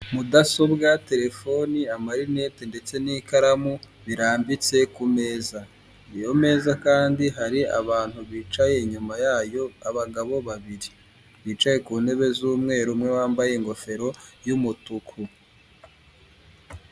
Mudasobwa, telefoni, amarinete ndetse n'ikaramu birambitse ku meza; iyo meza kandi hari abantu bicaye inyuma yayo abagabo babiri, bicaye ku ntebe z'umweru umwe wambaye ingofero y'umutuku